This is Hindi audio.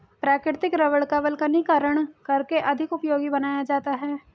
प्राकृतिक रबड़ का वल्कनीकरण करके अधिक उपयोगी बनाया जाता है